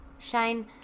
Shine